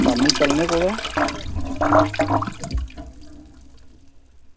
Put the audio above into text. शामीं चलने आं कुदै